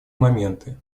моменты